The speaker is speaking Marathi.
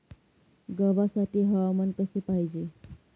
गव्हासाठी हवामान कसे पाहिजे?